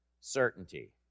certainty